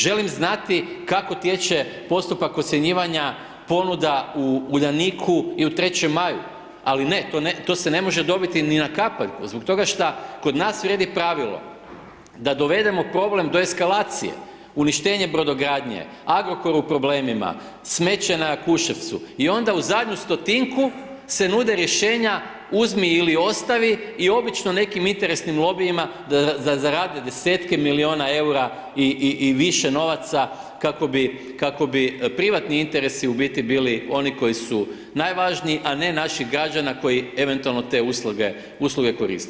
Želim znati kako teče postupak ocjenjivanja ponuda u Uljaniku i u 3. maju, ali ne to se ne može dobiti ni na kapaljku zbog toga šta kod nas vrijedi pravilo da dovedemo problem do eskalacije, uništenje brodogradnje, Agrokor u problemima, smeće na Jakuševcu i onda u zadnju 100-tinku se nude rješenja uzmi ili ostavi i obično nekim interesnim lobijima zarade 10-tke miliona EUR-a i više novaca kako bi, kako bi privatni interesi u biti bili oni koji su najvažniji, a ne naših građana koji eventualno te usluge koriste.